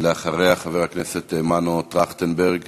לאחריה, חבר הכנסת מנו טרכטנברג